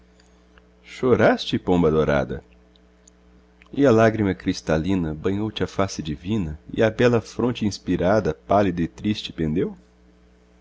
choraste pomba adorada e a lágrima cristalina banhou te a face divina e a bela fronte inspirada pálida e triste pendeu